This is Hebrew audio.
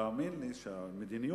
תאמין לי שהמדיניות